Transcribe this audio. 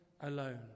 alone